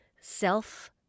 Self